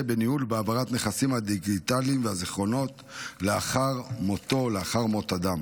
בניהול והעברת הנכסים הדיגיטליים והזיכרונות לאחר מותו או לאחר מות אדם.